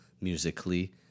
musically